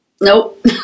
nope